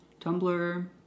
Tumblr